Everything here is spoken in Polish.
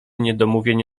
niedomówień